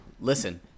Listen